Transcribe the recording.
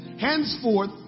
Henceforth